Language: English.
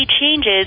changes